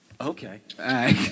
Okay